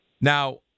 Now